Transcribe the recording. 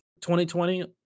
2020